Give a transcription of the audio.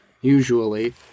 usually